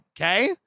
Okay